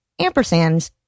ampersands